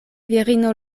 virino